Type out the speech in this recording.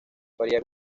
farías